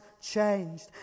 changed